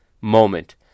moment